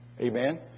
Amen